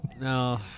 No